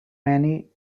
many